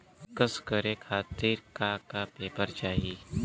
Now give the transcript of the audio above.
पिक्कस करे खातिर का का पेपर चाही?